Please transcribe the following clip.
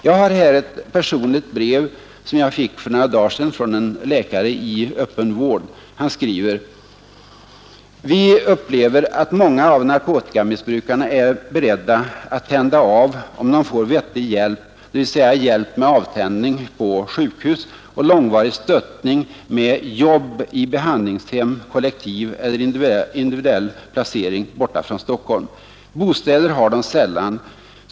Jag har här ett personligt brev som jag fick för några dagar sedan från en läkare i öppen vård. Han skriver: ”Vi upplever att många av narkotikamissbrukarna är beredda att tända av om de får vettig hjälp, dvs. hjälp med avtändning på sjukhus och långvarig stöttning med jobb i behandlingshem, kollektiv eller individuell placering, borta från Stockholm. Bostäder har de sällan.